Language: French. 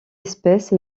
espèce